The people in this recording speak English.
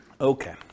okay